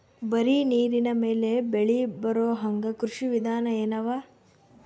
ಬರೀ ನೀರಿನ ಮೇಲೆ ಬೆಳಿ ಬರೊಹಂಗ ಕೃಷಿ ವಿಧಾನ ಎನವ?